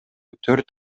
төрт